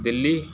Delhi